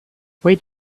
wait